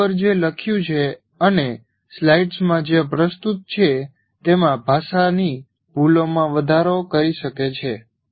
board પર જે લખ્યું છે અને સ્લાઇડ્સમાં જે પ્રસ્તુત છે તેમાં ભાષાની ભૂલોમાં વધારો કરી શકે છે